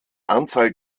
anzahl